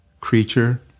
creature